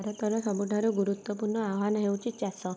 ଭାରତର ସବୁଠାରୁ ଗୁରୁତ୍ତ୍ୱପୂର୍ଣ୍ଣ ଆହ୍ବାନ ହେଉଛି ଚାଷ